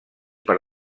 per